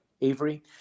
Avery